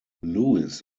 lewis